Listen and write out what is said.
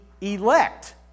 elect